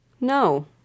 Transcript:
No